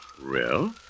Real